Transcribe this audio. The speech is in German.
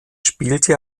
spielte